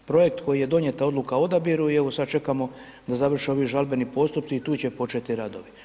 Projekt koji je donijeta odluka o odabiru i evo sad čekamo da završe ovi žalbeni postupci i tu će početi radovi.